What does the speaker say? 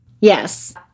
Yes